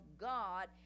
God